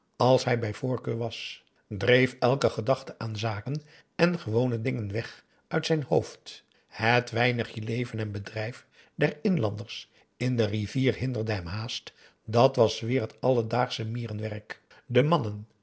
als hij bij voorkeur was dreef elke gedachte aan zaken en gewone dingen weg uit zijn hoofd het weinigje leven en bedrijf der inlanders in de rivier hinderde hem haast dat was weer het alledaagsche mierenwerk de mannen